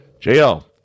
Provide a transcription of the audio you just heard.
JL